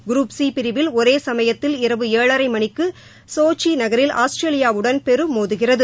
group C பிரிவில் ஒரே சமயத்தில் இரவு ஏழரை மணிக்கு சோச்சி நகரில் ஆஸ்திரேலியாவுடன் பெரு மோதுகிறது